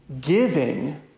Giving